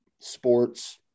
sports